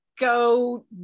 go